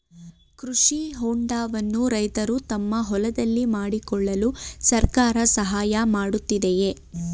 ಕೃಷಿ ಹೊಂಡವನ್ನು ರೈತರು ತಮ್ಮ ಹೊಲದಲ್ಲಿ ಮಾಡಿಕೊಳ್ಳಲು ಸರ್ಕಾರ ಸಹಾಯ ಮಾಡುತ್ತಿದೆಯೇ?